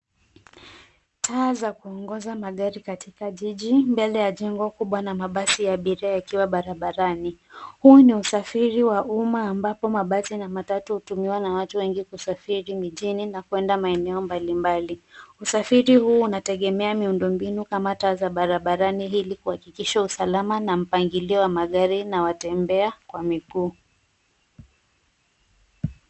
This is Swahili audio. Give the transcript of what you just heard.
Taa za kuongoza magari katika jiji, mbele ya jengo kubwa na mabasi ya abiria yakiwa barabarani. Huu ni usafiri wa umma ambapo mabasi na matatu hutumiwa na watu wengi kusafiri mijini na kuenda maeneo mbalimbali. Usafiri huu unategemea miundo mbinu kama taa za barabarani ili kuhakikisha usalama na mpangilio wa magari na watembea kwa miguu.